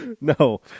No